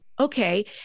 Okay